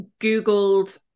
googled